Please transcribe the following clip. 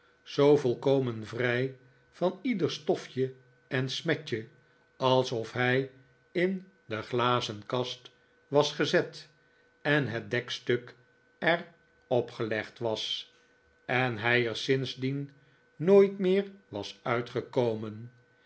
zoo volkomen vrij van ieder stofje en smetje alsof hij in de glazenkast was gezet en het dekstuk er opgelegd was en hij er sindsdien nooit meer was uitgekomen